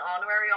honorary